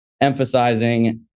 emphasizing